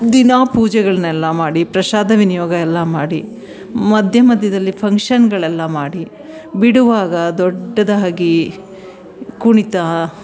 ದಿನ ಪೂಜೆಗಳನ್ನೆಲ್ಲ ಮಾಡಿ ಪ್ರಸಾದ ವಿನಿಯೋಗ ಎಲ್ಲ ಮಾಡಿ ಮಧ್ಯ ಮಧ್ಯದಲ್ಲಿ ಫಂಕ್ಷನ್ಗಳೆಲ್ಲ ಮಾಡಿ ಬಿಡುವಾಗ ದೊಡ್ಡದಾಗಿ ಕುಣಿತಾ